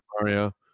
Mario